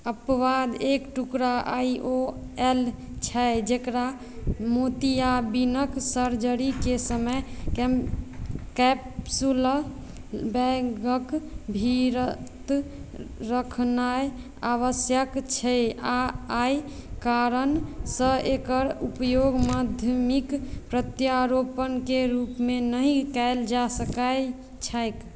अपवाद एक टुकड़ा आइ ओ एल छै जकरा मोतियाबिनक सर्जरीके समय कै कैप्सूल बैगक भीतर रखनाइ आवश्यक छै आओर अइ कारणसँ एकर उपयोग माध्यमिक प्रत्यारोपणके रूपमे नहि कयल जा सकय छैक